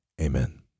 Amen